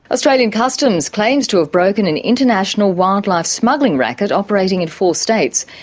australian customs claims to have broken an international wildlife smuggling racket operating in four states.